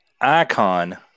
icon